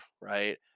right